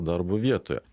darbo vietoje